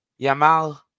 Yamal